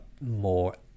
more